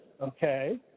okay